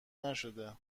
نشده